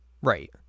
Right